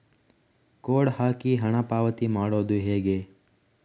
Code ಹಾಕಿ ಹಣ ಪಾವತಿ ಮಾಡೋದು ಹೇಗೆ?